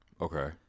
Okay